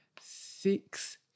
six